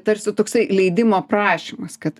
tarsi toksai leidimo prašymas kad